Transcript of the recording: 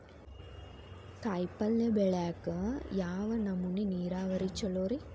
ಕಾಯಿಪಲ್ಯ ಬೆಳಿಯಾಕ ಯಾವ್ ನಮೂನಿ ನೇರಾವರಿ ಛಲೋ ರಿ?